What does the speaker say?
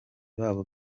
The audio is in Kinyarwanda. babo